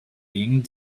being